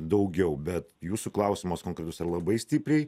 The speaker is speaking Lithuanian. daugiau bet jūsų klausimas konkretus ar labai stipriai